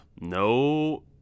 no